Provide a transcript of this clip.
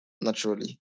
naturally